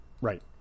Right